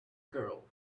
girl